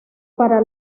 para